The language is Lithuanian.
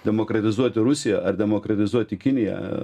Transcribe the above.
demokratizuoti rusiją ar demokratizuoti kiniją